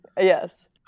Yes